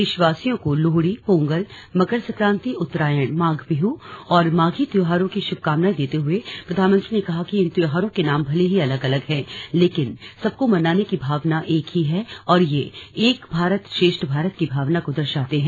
देशवासियों को लोहड़ी पोंगल मकर संक्रांति उत्तरायण माघ बिहू और माघी त्योहारों की शुभकामनाएं देते हुए प्रधानमंत्री ने कहा कि इन त्योहारों के नाम भले ही अलग अलग हैं लेकिन सबको मनाने की भावना एक ही है और ये एक भारत श्रेष्ठ भारत की भावना को दर्शाते हैं